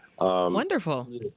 Wonderful